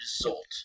result